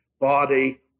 body